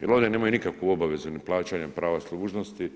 Jer ovdje nemaju nikakvu obavezu ni plaćanja prava služnosti,